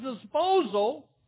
disposal